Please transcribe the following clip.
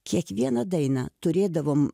kiekvieną dainą turėdavom